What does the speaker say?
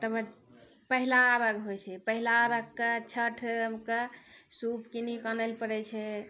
तब पहिला अरघ होइ छै पहिला अरघ कऽ छठि के सूप कीनि कऽ आनै लए पड़ै छै